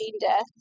death